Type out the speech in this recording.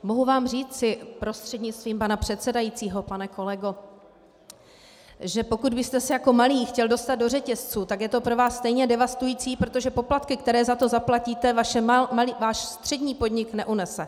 Mohu vám říci prostřednictvím pana předsedajícího, pane kolego, že pokud byste se jako malý chtěl dostat do řetězců, tak je to pro vás stejně devastující, protože poplatky, které za to zaplatíte, váš střední podnik neunese.